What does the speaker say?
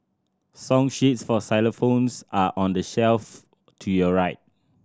song sheets for xylophones are on the shelf to your right